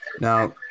now